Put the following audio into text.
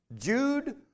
Jude